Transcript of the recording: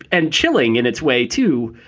and chilling and it's way, too.